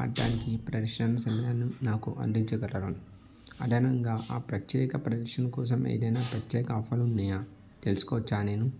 ఆడటానికి ప్రదర్శన సమయాన్ని నాకు అందించగలరా అదనంగా ఆ ప్రత్యేక ప్రదర్శన కోసం ఏదైనా ప్రత్యేక ఆఫర్లు ఉన్నాయా తెలుసుకోవచ్చా నేను